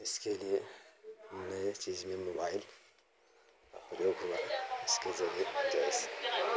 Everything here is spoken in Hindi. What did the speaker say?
इसके लिए नए चीज़ में मोबाईल का प्रयोग इसके ज़रिए जैसए